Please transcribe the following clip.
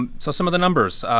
and so some of the numbers.